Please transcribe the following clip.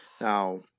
Now